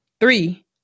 three